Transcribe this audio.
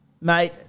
Mate